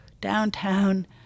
downtown